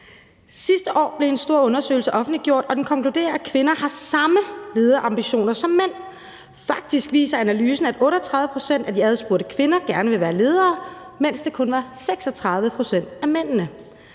Sidste år blev en stor undersøgelse offentliggjort, og den konkluderer, at kvinder har samme lederambitioner som mænd. Faktisk viser analysen, at 38 pct. af de adspurgte kvinder gerne ville være ledere, mens det kun var 36 pct. af mændene.